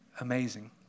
Amazing